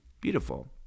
beautiful